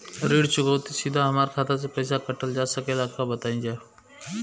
ऋण चुकौती सीधा हमार खाता से पैसा कटल जा सकेला का बताई जा?